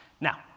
Now